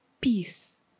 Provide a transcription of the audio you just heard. Peace